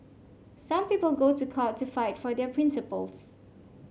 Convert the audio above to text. some people go to court to fight for their principles